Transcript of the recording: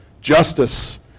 justice